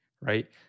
right